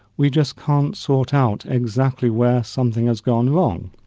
we just can't sort out exactly where something has gone wrong.